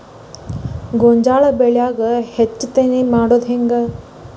ಗೋಂಜಾಳ ಬೆಳ್ಯಾಗ ಹೆಚ್ಚತೆನೆ ಮಾಡುದ ಹೆಂಗ್?